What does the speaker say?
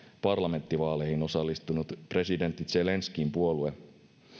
parlamenttivaaleihin osallistunut presidentti zelenskyin puolue